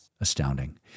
astounding